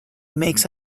makes